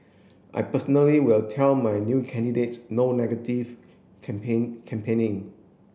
I personally will tell my new candidates no negative campaign campaigning